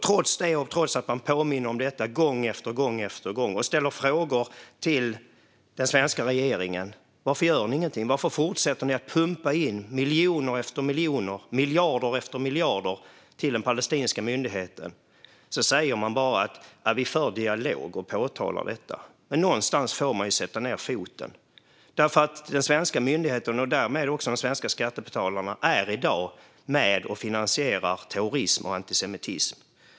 Trots att jag gång på gång påminner om detta och ställer frågor till den svenska regeringen om varför man inte gör någonting och om varför man fortsätter att pumpa in miljoner efter miljoner, miljarder efter miljarder till den palestinska myndigheten säger man bara att man för dialog och påtalar detta. Men någonstans får man ju sätta ned foten. De svenska myndigheterna och de svenska skattebetalarna är i dag med och finansierar terrorism och antisemitism.